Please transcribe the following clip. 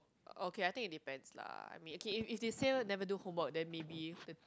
oh okay I think it depends lah I mean okay if they say never do homework then maybe the